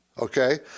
okay